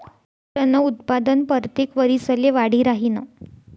रबरनं उत्पादन परतेक वरिसले वाढी राहीनं